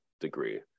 degree